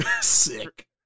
Sick